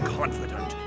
confident